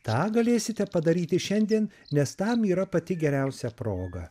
tą galėsite padaryti šiandien nes tam yra pati geriausia proga